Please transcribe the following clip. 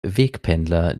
wegpendler